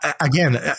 again